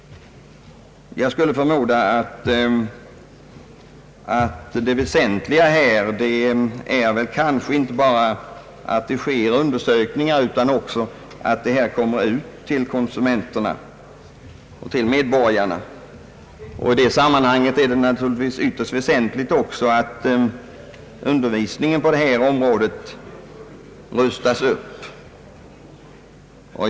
Jag anser att det väsentliga här kanske inte är bara att det sker undersökningar, utan också att resultaten kommer ut till medborgarna-konsumenterna. I det sammanhanget är det naturligtvis också ytterst väsentligt att undervisningen i dessa ämnen rustas upp.